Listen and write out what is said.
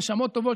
נשמות טובות,